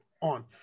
on